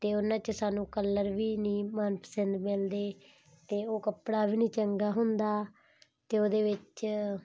ਅਤੇ ਉਹਨਾਂ 'ਚ ਸਾਨੂੰ ਕਲਰ ਵੀ ਨਹੀਂ ਮਨਪਸੰਦ ਮਿਲਦੇ ਅਤੇ ਉਹ ਕੱਪੜਾ ਵੀ ਨਹੀਂ ਚੰਗਾ ਹੁੰਦਾ ਅਤੇ ਉਹਦੇ ਵਿੱਚ